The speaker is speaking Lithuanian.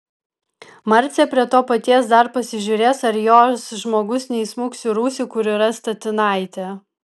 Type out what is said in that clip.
marcė prie to paties dar pasižiūrės ar jos žmogus neįsmuks į rūsį kur yra statinaitė